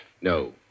No